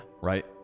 Right